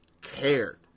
cared